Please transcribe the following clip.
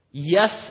Yes